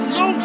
no